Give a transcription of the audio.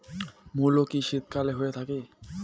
মূলো কি শীতকালে হয়ে থাকে?